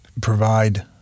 provide